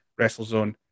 WrestleZone